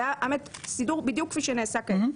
זה סידור בדיוק כפי שנעשה כעת,